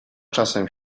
czasem